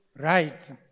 right